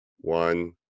One